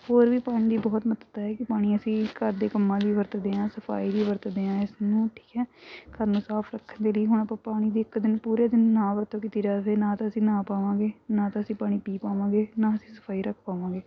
ਹੋਰ ਵੀ ਪਾਣੀ ਦੀ ਬਹੁਤ ਮਹੱਤਤਾ ਹੈ ਕਿ ਪਾਣੀ ਅਸੀਂ ਘਰ ਦੇ ਕੰਮਾਂ ਲਈ ਵਰਤਦੇ ਹਾਂ ਸਫਾਈ ਲਈ ਵਰਤਦੇ ਹਾਂ ਇਸ ਨੂੰ ਠੀਕ ਹੈ ਘਰ ਨੂੰ ਸਾਫ਼ ਰੱਖਣ ਦੇ ਲਈ ਹੁਣ ਆਪਾਂ ਪਾਣੀ ਦੀ ਇੱਕ ਦਿਨ ਪੂਰੇ ਦਿਨ ਨਾ ਵਰਤੋਂ ਕੀਤੀ ਜਾਵੇ ਨਾ ਤਾਂ ਅਸੀਂ ਨਹਾ ਪਾਵਾਂਗੇ ਨਾ ਤਾਂ ਅਸੀਂ ਪਾਣੀ ਪੀ ਪਾਵਾਂਗੇ ਨਾ ਅਸੀਂ ਸਫਾਈ ਰੱਖ ਪਾਵਾਂਗੇ